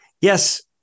Yes